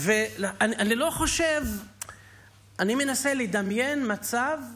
אני מנסה לדמיין מצב שבו,